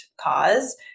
cause